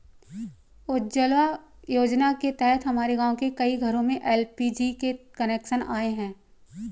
उज्ज्वला योजना के तहत हमारे गाँव के कई घरों में एल.पी.जी के कनेक्शन आए हैं